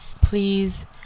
please